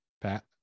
pat